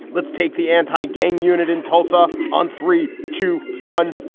let's take the anti gang unit in tulsa on three, two, one.